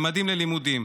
ממדים ללימודים,